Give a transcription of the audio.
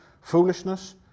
foolishness